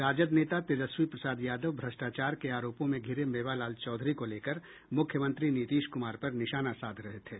राजद नेता तेजस्वी प्रसाद यादव भ्रष्टाचार के आरोपों में घिरे मेवालाल चौधरी को लेकर मुख्यमंत्री नीतीश कुमार पर निशाना साध रहे थे